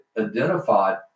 identified